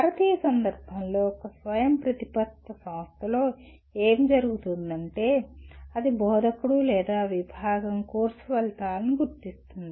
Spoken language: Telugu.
భారతీయ సందర్భంలో ఒక స్వయంప్రతిపత్త సంస్థలో ఏమి జరుగుతుందంటే అది బోధకుడు లేదా విభాగం కోర్సు ఫలితాలను గుర్తిస్తుంది